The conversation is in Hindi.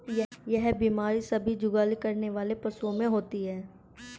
यह बीमारी सभी जुगाली करने वाले पशुओं में होती है